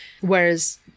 whereas